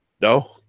No